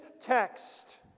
text